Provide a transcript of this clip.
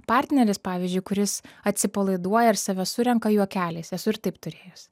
partneris pavyzdžiui kuris atsipalaiduoja ir save surenka juokeliais esu ir taip turėjus